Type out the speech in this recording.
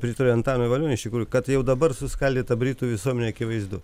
pritariu antanui valioniui iš tikrųjų kad jau dabar suskaldyta britų visuomenė akivaizdu